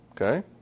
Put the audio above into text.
Okay